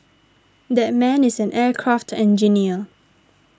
that man is an aircraft engineer